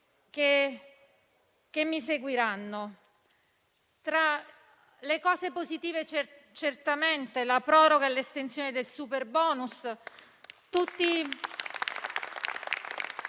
che mi seguiranno. Tra le cose positive certamente vi è la proroga dell'estensione del superbonus.